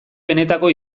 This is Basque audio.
benetako